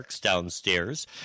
Downstairs